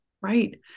Right